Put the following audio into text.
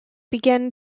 began